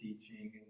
teaching